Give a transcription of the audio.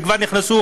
וכבר נכנסו,